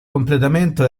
completamento